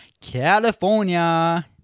California